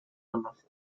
honor